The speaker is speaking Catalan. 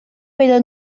però